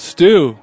Stew